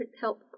help